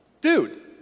dude